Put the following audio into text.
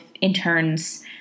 interns